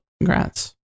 congrats